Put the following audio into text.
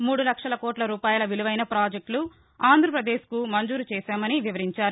మూడు లక్షల కోట్ల రూపాయల విలువైన పాజెక్టులు ఆంధ్రాపదేశ్కు మంజూరు చేశామని వివరించారు